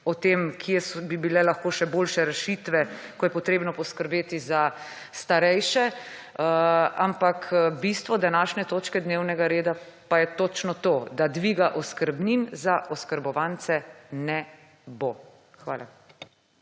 o tem, kje bi bile lahko še boljše rešitve, ko je potrebno poskrbeti za starejše. Ampak bistvo današnje točke dnevnega reda pa je točno to, da dviga oskrbnin za oskrbovance ne bo. Hvala.